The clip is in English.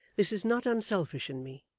this is not unselfish in me.